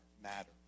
matter